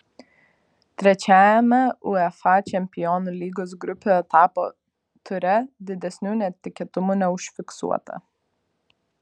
trečiajame uefa čempionų lygos grupių etapo ture didesnių netikėtumų neužfiksuota